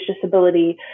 disability